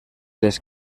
les